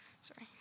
Sorry